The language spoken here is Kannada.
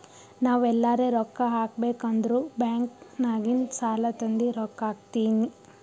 ನಾವ್ ಎಲ್ಲಾರೆ ರೊಕ್ಕಾ ಹಾಕಬೇಕ್ ಅಂದುರ್ ಬ್ಯಾಂಕ್ ನಾಗಿಂದ್ ಸಾಲಾ ತಂದಿ ರೊಕ್ಕಾ ಹಾಕ್ತೀನಿ